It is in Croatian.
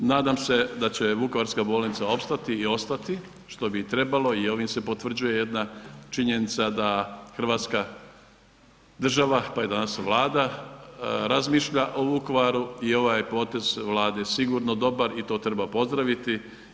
Nadam se da će Vukovarska bolnica opstati i ostati što bi i trebalo i ovim se potvrđuje jedna činjenica da Hrvatska država, pa i danas Vlada razmišlja o Vukovaru i ovaj je potez Vlade sigurno dobar i to treba pozdraviti.